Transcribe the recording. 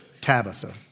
Tabitha